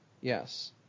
Yes